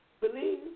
Believe